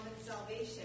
salvation